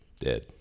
dead